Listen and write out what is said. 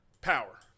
Power